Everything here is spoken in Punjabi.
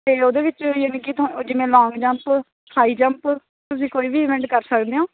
ਅਤੇ ਉਹਦੇ ਵਿੱਚ ਯਾਨੀ ਕਿ ਥੋ ਜਿਵੇਂ ਲੋਂਗ ਜੰਪ ਹਾਈ ਜੰਪ ਤੁਸੀਂ ਕੋਈ ਵੀ ਇਵੈਂਟ ਕਰ ਸਕਦੇ ਹੋ